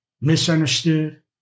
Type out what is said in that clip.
misunderstood